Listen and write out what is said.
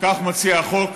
וכך מציע החוק,